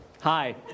Hi